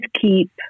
keep